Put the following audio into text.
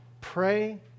Pray